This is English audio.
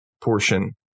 portion